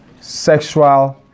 sexual